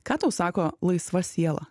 ką tau sako laisva siela